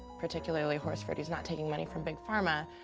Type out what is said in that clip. particularly horsford. he's not taking money from big pharma,